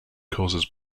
causes